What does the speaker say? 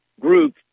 group